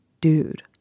Dude